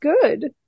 good